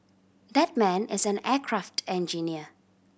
that man is an aircraft engineer